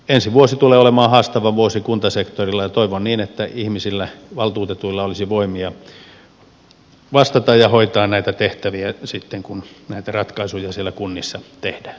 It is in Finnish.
ensi vuosi tulee olemaan haastava vuosi kuntasektorilla ja toivon niin että ihmisillä valtuutetuilla olisi voimia vastata ja hoitaa näitä tehtäviä sitten kun näitä ratkaisuja siellä kunnissa tehdään